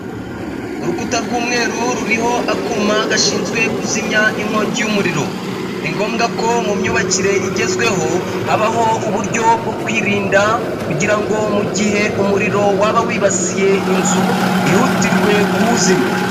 Urukuta rw'umweru ruriho akuma gashinzwe kuzimya inkongi y'umuriro ni ngombwa ko mu myubakire igezweho habaho uburyo bwo kwirinda kugira ngo mu gihe umuriro waba wibasiye inzu hihutirwe kuwuzimya.